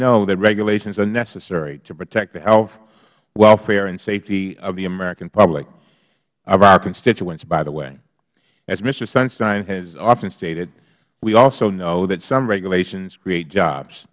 know that regulations are necessary to protect the health welfare and safety of the american public of our constituents by the way as mister sunstein has often stated we also know that some regulations create jobs